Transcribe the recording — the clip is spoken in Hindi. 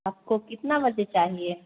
आपको कितने बजे चाहिए